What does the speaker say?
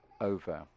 over